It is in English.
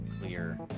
clear